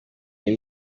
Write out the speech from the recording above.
iyi